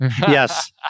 Yes